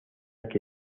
que